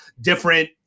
Different